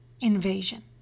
invasion